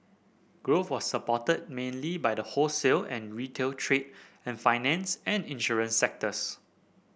growth was supported mainly by the wholesale and retail trade and finance and insurance sectors